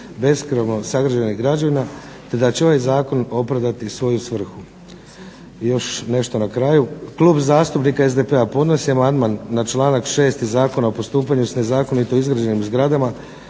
bespravno sagrađenih građevina, te da će ovaj zakon opravdati svoju svrhu. I još nešto na kraju, klub zastupnika SDP-a podnosi amandman na članak 6. iz Zakona o postupanju s nezakonito izgrađenim zgradama,